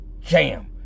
jam